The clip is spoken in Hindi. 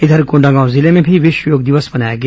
इधर कोंडागांव जिले में भी विश्व योग दिवस मनाया गया